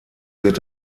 wird